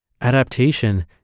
adaptation